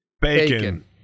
bacon